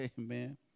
amen